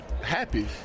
happy